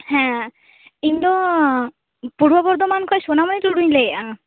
ᱦᱮᱸ ᱤᱧᱫᱚ ᱯᱩᱨᱵᱚ ᱵᱚᱨᱫᱷᱚᱢᱟᱱ ᱠᱷᱚᱡ ᱥᱚᱱᱟᱢᱚᱱᱤ ᱴᱩᱰᱩᱧ ᱞᱟ ᱭᱮᱫᱟ